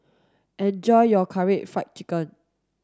enjoy your Karaage Fried Chicken